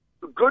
good